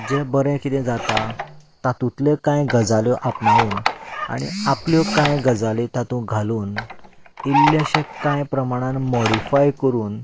जें बरें कितें जाता तातूंल्यो कांय गजाली आपणावन आनी आपल्यो कांय गजाली तातूंत घालून इल्लेंशें कांय प्रमाणान मॉडिफाय करून